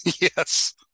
Yes